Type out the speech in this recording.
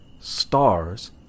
stars